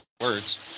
words